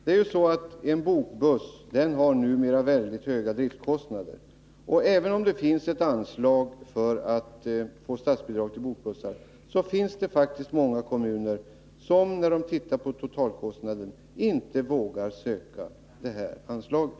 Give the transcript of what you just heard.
Det är ju så att en bokbuss numera har väldigt höga driftkostnader, och även om det finns ett anslag varifrån man kan få statsbidrag till bokbussar, så finns det faktiskt många kommuner som, när de ser på totalkostnaden, inte vågar söka pengar från det anslaget.